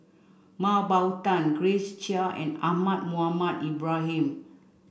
Mah Bow Tan Grace Chia and Ahmad Mohamed Ibrahim